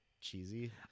cheesy